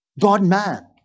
God-man